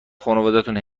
خونوادتون